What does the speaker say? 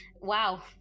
wow